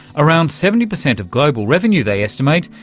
around seventy percent of global revenue, they estimate,